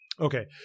Okay